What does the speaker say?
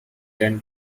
than